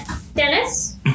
Dennis